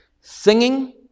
Singing